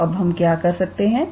तो अब हम क्या कर सकते है